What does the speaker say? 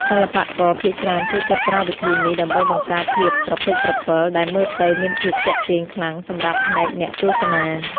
សិល្បករភាគច្រើនចូលចិត្តប្រើវិធីនេះដើម្បីបង្កើតភាពស្រពេចស្រពិលដែលមើលទៅមានភាពទាក់ទាញខ្លាំងសម្រាប់ភ្នែកអ្នកទស្សនា។